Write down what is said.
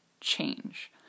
change